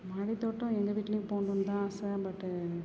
மாடி தோட்டம் எங்கள் வீட்டிலையும் போடணும் தான் ஆசை பட்டு